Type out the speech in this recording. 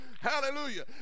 Hallelujah